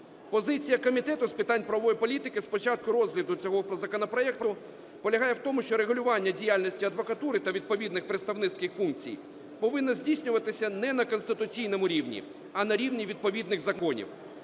Позиція Комітету з питань правової політики з початку розгляду цього законопроекту полягає в тому, що регулювання діяльності адвокатури та відповідних представницьких функцій повинно здійснюватися не на конституційному рівні, а на рівні відповідних законів.